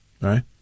Right